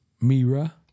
Mira